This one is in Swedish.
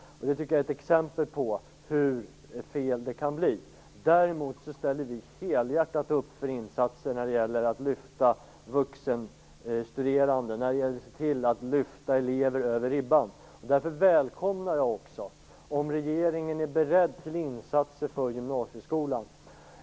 Det är ett exempel på hur fel det kan bli. Däremot ställer vi helhjärtat upp på insatser för att lyfta vuxenstuderande och övriga elever över ribban. Därför välkomnar jag om regeringen är beredd att göra insatser för gymnasieskolan.